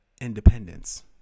independence